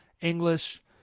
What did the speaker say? English